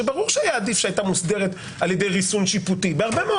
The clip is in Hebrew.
שברור שהיה עדיף שהייתה מוסדרת על ידי ריסון שיפוטי בהרבה מאוד